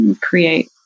create